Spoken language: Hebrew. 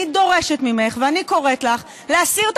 אני דורשת ממך ואני קוראת לך להסיר את